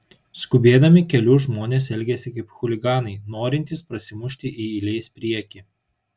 skubėdami keliu žmonės elgiasi kaip chuliganai norintys prasimušti į eilės priekį